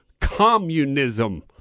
communism